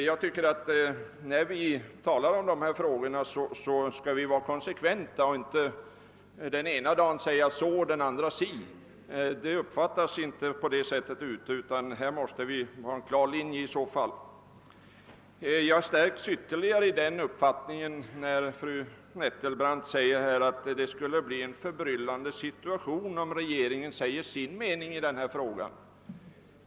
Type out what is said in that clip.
Jag tycker att, när vi talar om dessa frågor, skall vi vara konsekventa och inte den ena dagen säga si och den andra så. Härvidlag måste vi ha en klar linje. Jag stärks ytterligare i min uppfattning med anledning av att fru Nettelbrandt här säger, att det skulle bli en förbryllande situation, om regeringen skulle säga sin mening i denna fråga.